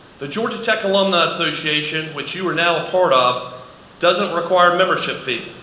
the georgia tech alumni association which you are now part of doesn't require a membership fee.